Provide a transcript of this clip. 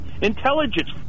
intelligence